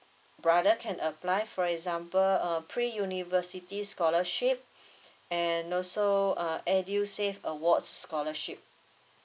brother can apply for example uh pre university scholarship and also uh edusave awards scholarship